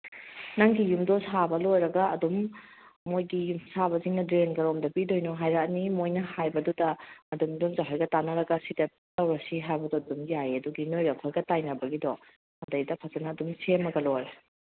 ꯅꯪꯒꯤ ꯌꯨꯝꯗꯣ ꯁꯥꯕ ꯂꯣꯏꯔꯒ ꯑꯗꯨꯝ ꯃꯈꯣꯏꯗꯤ ꯌꯨꯝ ꯁꯥꯕꯁꯤꯡꯅ ꯗ꯭ꯔꯦꯟ ꯀꯗꯣꯝꯗ ꯄꯤꯒꯗꯣꯏꯅꯣ ꯍꯥꯏꯔꯛꯑꯅꯤ ꯃꯈꯣꯏꯅ ꯍꯥꯏꯕꯗꯨꯗ ꯑꯗꯨꯝ ꯏꯟꯗꯣꯝꯆꯥꯍꯣꯏꯒ ꯇꯥꯅꯔꯒ ꯁꯤꯗ ꯇꯧꯔꯁꯤ ꯍꯥꯏꯕꯗꯣ ꯑꯗꯨꯝ ꯌꯥꯏꯌꯦ ꯑꯗꯨꯒꯤ ꯅꯈꯣꯏꯒ ꯑꯩꯈꯣꯏꯒ ꯇꯥꯏꯅꯕꯒꯤꯗꯣ ꯑꯗꯨꯗꯒꯤꯗ ꯐꯖꯅ ꯑꯗꯨꯝ ꯁꯦꯝꯃꯒ ꯂꯣꯏꯔꯦ